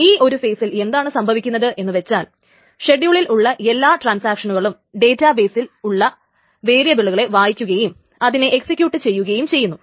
ഈ ഒരു ഫേസിൽ എന്താണ് സംഭവിക്കുന്നത് എന്ന് വെച്ചാൽ ഷെഡ്യൂളിൽ ഉള്ള എല്ലാ ട്രാൻസാക്ഷനുകളും ഡേറ്റാബേസിൽ ഉള്ള വേരിയബിളുകളെ വായിക്കുകയും അതിനെ എക്സിക്യൂട്ട് ചെയ്യുകയും ചെയ്യുന്നു